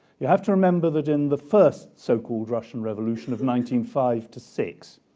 you have to remember that in the first so-called russian revolution of nineteen five to six,